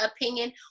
opinion